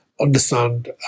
understand